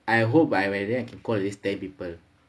I hope I by then I can call this ten people